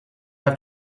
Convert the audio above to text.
have